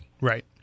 right